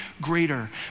greater